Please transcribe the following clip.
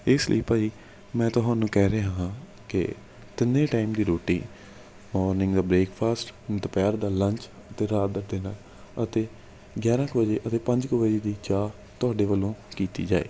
ਇਸ ਲਈ ਭਾਅ ਜੀ ਮੈਂ ਤੁਹਾਨੂੰ ਕਹਿ ਰਿਹਾ ਹਾਂ ਕਿ ਤਿੰਨੇ ਟਾਈਮ ਦੀ ਰੋਟੀ ਮੋਰਨਿੰਗ ਬਰੇਕਫਾਸਟ ਦੁਪਹਿਰ ਦਾ ਲੰਚ ਅਤੇ ਰਾਤ ਦਾ ਡਿਨਰ ਅਤੇ ਗਿਆਰਾਂ ਕੁ ਵਜੇ ਅਤੇ ਪੰਜ ਕੁ ਵਜੇ ਦੀ ਚਾਹ ਤੁਹਾਡੇ ਵੱਲੋਂ ਕੀਤੀ ਜਾਏ